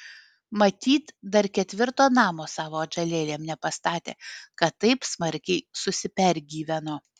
matyt dar ketvirto namo savo atžalėlėm nepastatė kad taip smarkiai susipergyveno